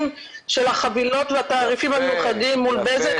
של החבילות לתעריפים המיוחדים מול בזק,